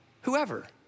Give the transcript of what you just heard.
whoever